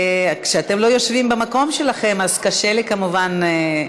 כשאתם לא יושבים במקום שלכם קשה לי, כמובן.